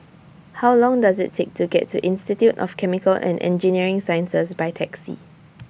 How Long Does IT Take to get to Institute of Chemical and Engineering Sciences By Taxi